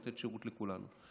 לתת שירות לכולנו.